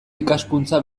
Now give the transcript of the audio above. ikaskuntza